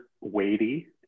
weighty